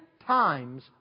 times